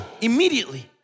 Immediately